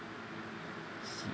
she